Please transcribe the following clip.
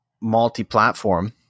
multi-platform